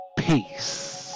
peace